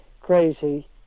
crazy